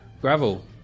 Gravel